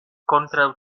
kontraŭ